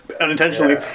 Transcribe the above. unintentionally